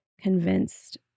convinced